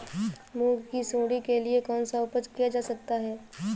मूंग की सुंडी के लिए कौन सा उपाय किया जा सकता है?